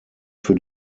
für